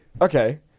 Okay